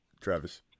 Travis